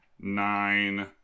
nine